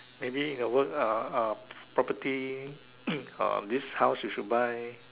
maybe in the work uh uh property uh this house you should buy